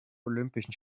olympischen